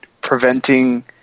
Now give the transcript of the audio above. preventing